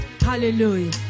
Hallelujah